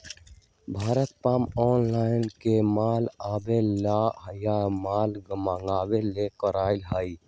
Bharat palm oil के माल आवे ला या माल मंगावे ला करा हई